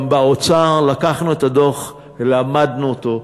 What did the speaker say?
גם באוצר, לקחנו את הדוח, למדנו אותו.